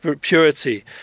purity